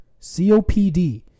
COPD